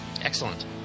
Excellent